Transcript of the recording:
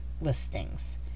listings